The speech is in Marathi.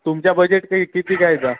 तुमचं बजेट काय किती कायचा